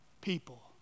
people